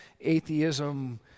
atheism